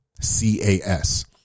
C-A-S